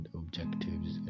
objectives